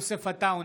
בעד יוסף עטאונה,